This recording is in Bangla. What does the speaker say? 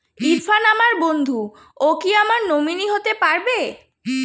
ইরফান আমার বন্ধু ও কি আমার নমিনি হতে পারবে?